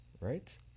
Right